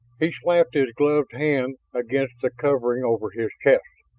he slapped his gloved hand against the covering over his chest.